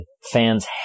Fans